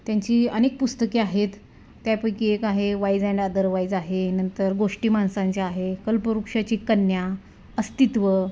त्यांची अनेक पुस्तके आहेत त्यापैकी एक आहे वाईज अँड अदरवाईज आहे नंतर गोष्टी माणसांच्या आहे कल्पवृक्षाची कन्या अस्तित्व